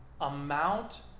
amount